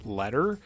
letter